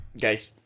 Guys